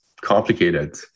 complicated